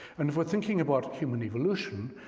and if we're thinking about human evolution,